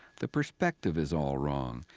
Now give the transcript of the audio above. the perspective is all wrong.